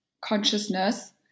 consciousness